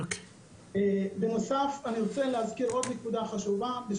אני רוצה להזכיר עוד נקודה חשובה.